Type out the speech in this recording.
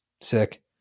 sick